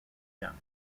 young